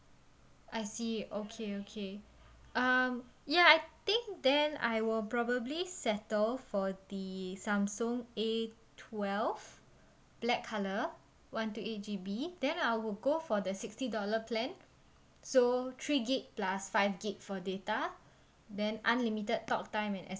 I see okay okay uh ya I think then I will probably settle for the samsung A twelve black colour one two eight G_B then I would go for the sixty dollar plan so three gig plus five gig for data then unlimited talk time and